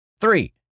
Three